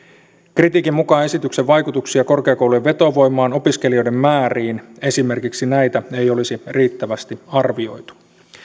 kritiikin mukaan esityksen vaikutuksia korkeakoulujen vetovoimaan opiskelijoiden määriin esimerkiksi näitä ei olisi riittävästi arvioitu